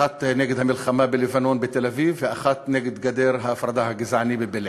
אחת נגד המלחמה בלבנון בתל-אביב ואחת נגד גדר ההפרדה הגזענית בבילעין.